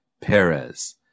Perez